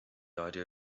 idea